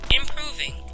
improving